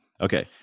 Okay